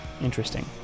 Interesting